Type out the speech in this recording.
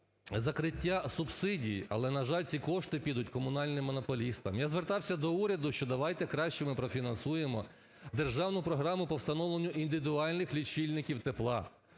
закриття субсидій, але, на жаль, ці кошти підуть комунальним монополістам. Я звертався до уряду, що давайте краще ми профінансуємо державну програму по встановленню індивідуальних лічильників тепла,